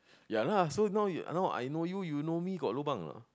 ya lah so now you now I know you you know me got lobang or not